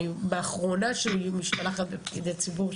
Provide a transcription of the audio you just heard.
אני באחרונה שהיא משתלחת בפקידי ציבור,